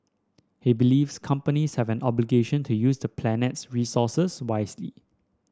he believes companies have an obligation to use the planet's resources wisely